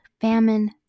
famine